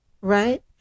Right